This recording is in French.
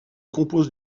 compose